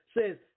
says